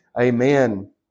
Amen